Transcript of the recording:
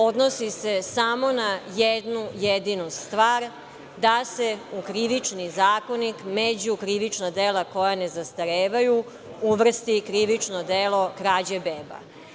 Odnosi se samo na jednu jedinu stvar, da se u Krivični zakonik među krivična dela koja ne zastarevaju uvrsti i krivično delo krađe beba.